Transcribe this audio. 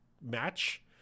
match